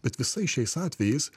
bet visais šiais atvejais